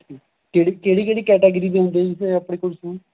ਠੀ ਕਿਹੜੀ ਕਿਹੜੀ ਕਿਹੜੀ ਕੈਟਾਗਰੀ ਦੇ ਹੁੰਦੇ ਜੀ ਫੇਰ ਆਪਣੇ ਕੋਲ ਸ਼ੂਜ਼